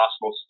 possible